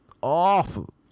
awful